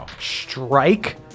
strike